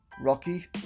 Rocky